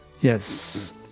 Yes